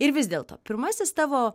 ir vis dėlto pirmasis tavo